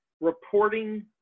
reporting